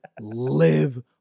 live